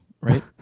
right